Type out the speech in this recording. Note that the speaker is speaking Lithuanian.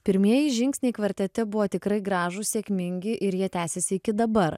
pirmieji žingsniai kvartete buvo tikrai gražūs sėkmingi ir jie tęsiasi iki dabar